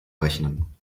rechnen